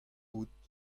out